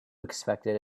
expected